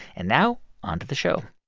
and now on to the show